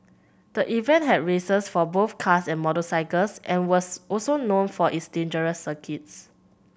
the event had races for both cars and motorcycles and was also known for its dangerous circuits